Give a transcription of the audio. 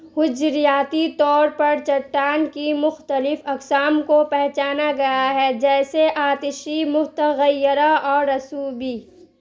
حجریاتی طور پر چٹان کی مختلف اقسام کو پہچانا گیا ہے جیسے آتشی متغیرہ اور رسوبی